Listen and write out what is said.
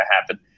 happen